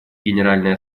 генеральной